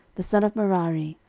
the son of merari,